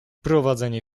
prowadzenie